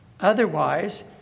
Otherwise